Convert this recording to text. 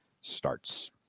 starts